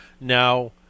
Now